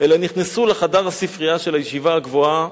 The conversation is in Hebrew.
אלא נכנסו לחדר הספרייה של הישיבה הגבוהה